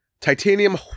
titanium